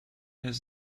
his